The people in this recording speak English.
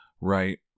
right